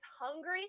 hungry